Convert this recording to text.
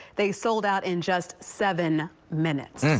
they sold out in just seven minutes,